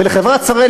ולחברת "שראל",